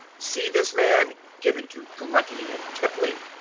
see this man given to gluttony and tippling,